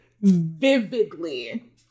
vividly